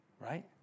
right